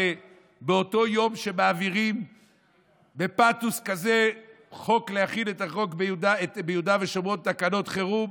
שבאותו יום שמעבירים בפתוס כזה חוק להחיל ביהודה ושומרון תקנות חירום,